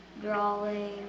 drawing